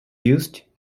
used